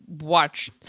watch